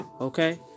Okay